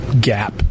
gap